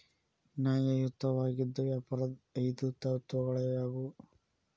ನ್ಯಾಯಯುತವಾಗಿದ್ ವ್ಯಾಪಾರದ್ ಐದು ತತ್ವಗಳು ಯಾವ್ಯಾವು?